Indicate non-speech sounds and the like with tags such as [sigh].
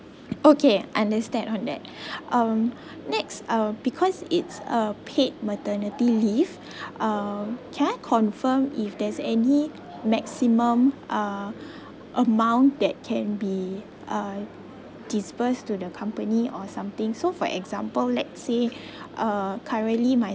okay understand on that [breath] um next uh because it's uh paid maternity leave um can I confirm if there's any maximum uh amount that can be uh disburse to the company or something so for example let's say uh currently my